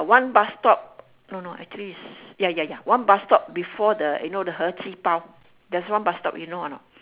one bus stop no no actually is ya ya ya one bus stop before the you know the 和记包 there's one bus stop you know or not